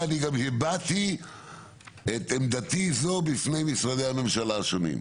וגם הבעתי את עמדתי זו בפני משרדי הממשלה השונים.